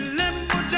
limbo